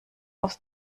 aus